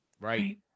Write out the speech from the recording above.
right